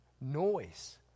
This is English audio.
noise